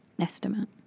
Estimate